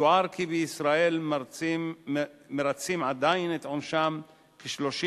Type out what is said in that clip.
יוער כי בישראל עדיין מרצים את עונשם כ-30